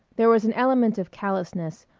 there was an element of callousness,